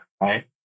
Right